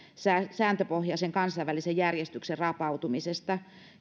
sääntöpohjaisen kansainvälisen järjestyksen rapautumisesta